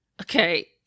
Okay